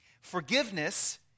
Forgiveness